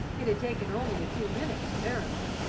it had taken only a few minutes, apparently,